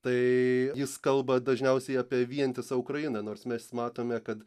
tai jis kalba dažniausiai apie vientisą ukrainą nors mes matome kad